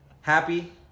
Happy